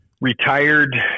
retired